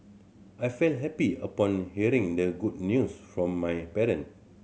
I felt happy upon hearing the good news from my parent